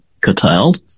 curtailed